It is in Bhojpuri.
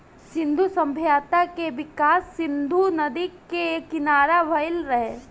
सिंधु सभ्यता के विकास सिंधु नदी के किनारा भईल रहे